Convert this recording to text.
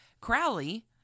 Crowley